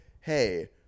hey